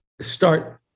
start